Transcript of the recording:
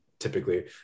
Typically